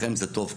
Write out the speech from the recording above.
לכם זה טוב,